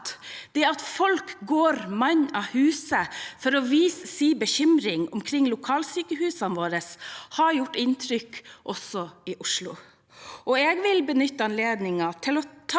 det at folk går mann av huse for å vise sin bekymring omkring lokalsykehusene våre, har gjort inntrykk også i Oslo. Jeg vil benytte anledningen til å